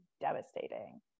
devastating